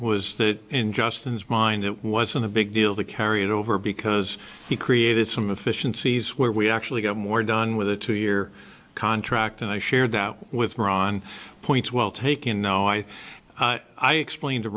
was that in justin's mind it wasn't a big deal to carry it over because he created some efficiencies where we actually get more done with a two year contract and i shared with ron points well taken no i i explained to